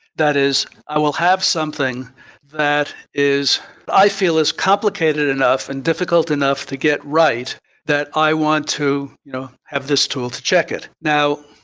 that is i will have something that is i feel is complicated enough and difficult enough to get right that i want to you know have this tool to check it. now,